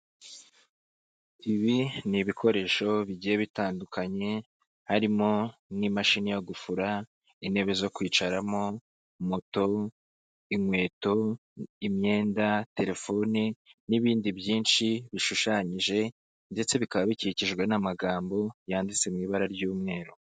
Ibi ni ibikoresho bigiye bitandukanye, harimo n'imashini yo gufura, intebe zo kwicaramo, moto, inkweto, imyenda, telefoni n'ibindi byinshi bishushanyije, ndetse bikaba bikikijwe n'amagambo yanditse mu ibara ry'umweru.